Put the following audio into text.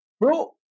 bro